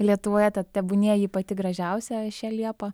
lietuvoje tad tebūnie ji pati gražiausia šią liepą